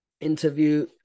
interview